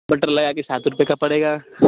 butter लगा के सात रुपये का पड़ेगा